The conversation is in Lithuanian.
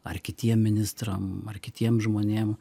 ar kitiem ministram ar kitiem žmonėm